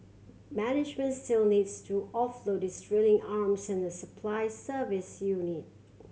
management still needs to offload its drilling arms and supply service unit